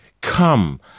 Come